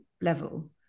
level